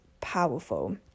powerful